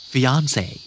Fiance